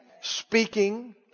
speaking